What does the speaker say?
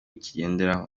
kigenderaho